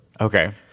Okay